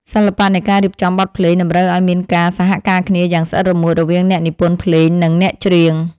សិល្បៈនៃការរៀបចំបទភ្លេងតម្រូវឱ្យមានការសហការគ្នាយ៉ាងស្អិតរមួតរវាងអ្នកនិពន្ធភ្លេង និង អ្នកច្រៀង។